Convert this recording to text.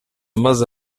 maze